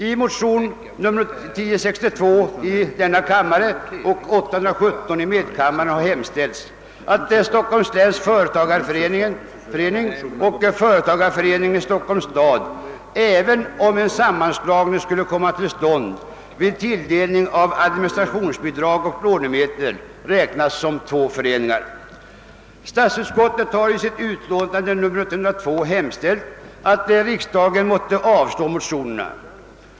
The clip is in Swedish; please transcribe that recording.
I motionerna I: 817 och II: 1062 har hemställts att Stockholms läns företagareförening och Företagareföreningen i Stockholms stad vid tilldelning av administrationsbidrag och lånemedel räknas som två föreningar även om en sammanslagning skulle komma = till stånd. Statsutskottet har i sitt utlåtande nr 102 hemställt att riksdagen måtte avslå motionerna.